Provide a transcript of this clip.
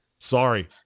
Sorry